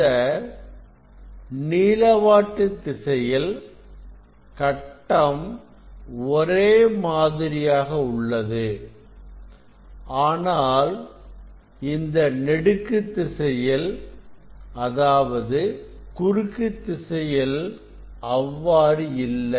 இந்த நீளவாட்டு திசையில் கட்டம் ஒரே மாதிரியாக உள்ளது ஆனால் இந்த நெடுக்கு திசையில் அதாவது குறுக்கு திசையில் அவ்வாறு இல்லை